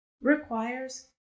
requires